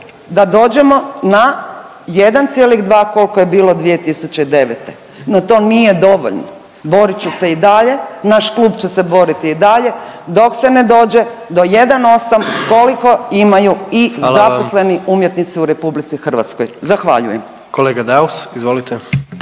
da dođemo na 1,2 koliko je bilo 2009. No, to nije dovoljno. Borit ću se i dalje. Naš klub će se boriti i dalje dok se ne dođe do 1,8 koliko imaju i zaposleni umjetnici u Republici Hrvatskoj. Zahvaljujem. **Jandroković,